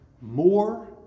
more